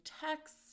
text